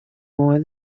more